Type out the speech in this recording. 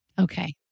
Okay